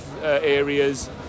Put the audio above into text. areas